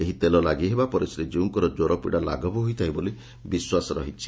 ଏହି ତେଲ ଲାଗି ହେବା ପରେ ଶ୍ରୀଜୀଉଙ୍କର କୃରପିଡ଼ା ଲାଘବ ହୋଇଥାଏ ବୋଲି ବିଶ୍ୱାସ ରହିଛି